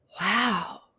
wow